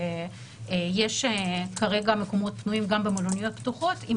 וכרגע יש מקומות פנויים גם במלוניות פתוחות עם